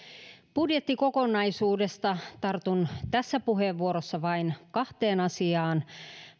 budjettikokonaisuudesta tartun tässä puheenvuorossa vain kahteen asiaan